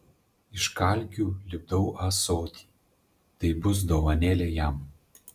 iš kalkių lipdau ąsotį tai bus dovanėlė jam